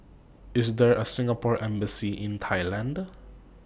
IS There A Singapore Embassy in Thailand